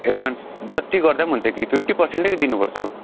advance जत्ति गर्दा पनि हुन्छ कि फिफ्टी पर्सेन्टै दिनुपर्छ हौ